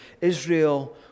Israel